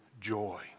joy